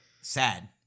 Sad